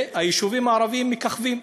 והיישובים הערביים מככבים.